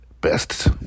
best